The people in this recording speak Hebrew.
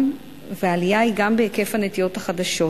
והעלייה היא גם בהיקף הנטיעות החדשות,